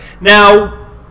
Now